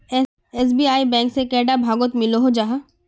SBI bank से कैडा भागोत मिलोहो जाहा?